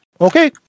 Okay